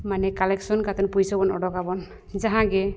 ᱢᱟᱱᱮ ᱠᱟᱛᱮᱫ ᱯᱩᱭᱥᱟᱹ ᱵᱚᱱ ᱩᱰᱩᱠ ᱟᱵᱚᱱ ᱡᱟᱦᱟᱸᱜᱮ